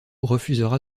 refusera